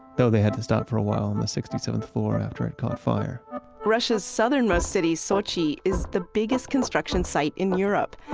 though they had to stop for a while in the sixty seventh floor after it caught fire russia's southern-most city, sochi is the biggest construction site in europe.